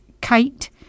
Kite